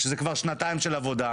שזה כבר שנתיים של עבודה.